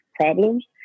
problems